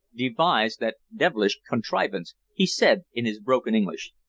devised that devilish contrivance, he said in his broken english.